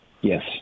Yes